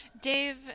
dave